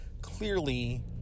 Clearly